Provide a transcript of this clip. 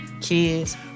kids